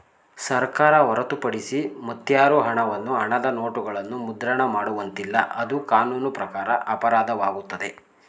ಸರ್ಕಾರ ಹೊರತುಪಡಿಸಿ ಮತ್ಯಾರು ಹಣವನ್ನು ಹಣದ ನೋಟುಗಳನ್ನು ಮುದ್ರಣ ಮಾಡುವಂತಿಲ್ಲ, ಅದು ಕಾನೂನು ಪ್ರಕಾರ ಅಪರಾಧವಾಗುತ್ತದೆ